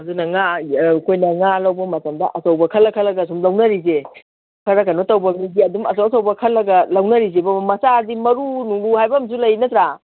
ꯑꯗꯨꯅ ꯉꯥ ꯑꯩꯈꯣꯏꯅ ꯉꯥ ꯂꯧꯕ ꯃꯇꯝꯗ ꯑꯆꯧꯕ ꯈꯜꯂ ꯈꯜꯂ ꯁꯨꯝ ꯂꯧꯅꯔꯤꯁꯦ ꯈꯔ ꯀꯩꯅꯣ ꯇꯧꯕ ꯃꯤꯗꯤ ꯑꯆꯧ ꯑꯆꯧꯕ ꯈꯜꯂ ꯂꯧꯅꯔꯤꯁꯤꯕꯣꯕ ꯃꯆꯥꯗꯤ ꯃꯔꯨ ꯅꯨꯡꯂꯨ ꯍꯥꯏꯕ ꯑꯃꯁꯨ ꯂꯩ ꯅꯠꯇ꯭ꯔ